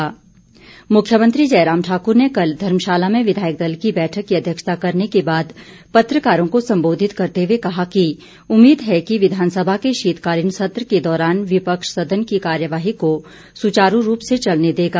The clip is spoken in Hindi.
सीएम मुख्यमंत्री जयराम ठाक्र ने कल धर्मशाला में विधायक दल की बैठक की अध्यक्षता करने के बाद पत्रकारों को सम्बोधित करते हए कहा कि उम्मीद है कि विधानसभा के शीतकालीन सत्र के दौरान विपक्ष सदन की कार्यवाही को सुचारू रूप से चलने देगा